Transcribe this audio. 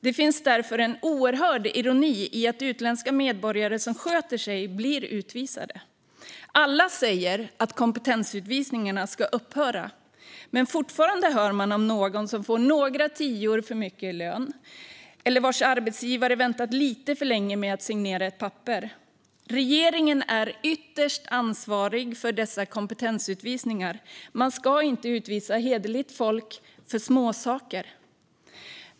Det finns därför en oerhörd ironi i att utländska medborgare som sköter sig blir utvisade. Alla säger att kompetensutvisningarna ska upphöra, men fortfarande hör man om någon som blivit utvisad för att ha fått några tior för mycket i lön eller vars arbetsgivare väntat lite för länge med att signera ett papper. Regeringen är ytterst ansvarig för dessa kompetensutvisningar. Man ska inte utvisa hederligt folk för struntsaker.